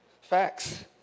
Facts